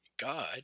God